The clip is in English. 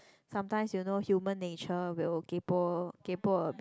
sometimes you know human nature will kaypo kaypo a bit